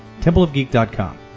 TempleofGeek.com